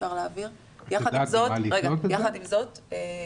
יחד עם זאת,